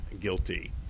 guilty